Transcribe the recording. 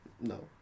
no